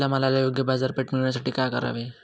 आपल्या मालाला योग्य बाजारपेठ मिळण्यासाठी काय करावे?